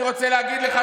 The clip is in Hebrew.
אני רוצה להגיד לך,